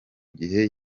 gihe